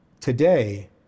today